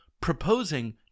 Proposing